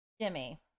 Jimmy